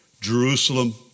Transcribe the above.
Jerusalem